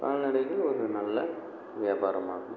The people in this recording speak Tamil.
கால்நடைகள் ஒரு நல்ல வியபாரம் ஆகும்